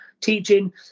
teaching